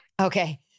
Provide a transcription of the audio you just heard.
Okay